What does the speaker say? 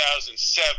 2007